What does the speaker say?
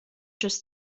just